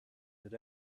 that